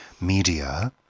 media